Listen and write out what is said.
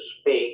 speak